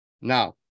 Now